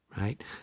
Right